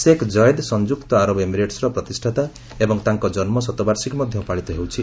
shake Zayed ସଂଯୁକ୍ତ ଆରବ ଏମିରେଟ୍ସର ପ୍ରତିଷ୍ଠାତା ଏବଂ ତାଙ୍କ ଜନ୍ମ ଶତବାର୍ଷିକୀ ମଧ୍ୟ ପାଳିତ ହେଉଛି